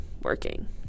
working